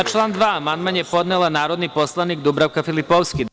Na član 2. amandman je podnela narodni poslanik Dubravka Filipovski.